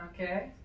Okay